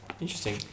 interesting